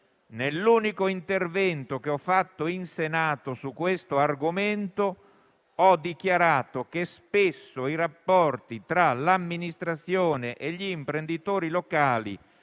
«Nell'unico intervento che ho fatto in Senato su questo argomento ho dichiarato che spesso i rapporti tra l'amministrazione e gli imprenditori locali